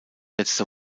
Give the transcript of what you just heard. letzte